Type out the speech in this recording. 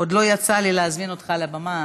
עוד לא יצא לי להזמין אותך לבמה,